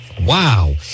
Wow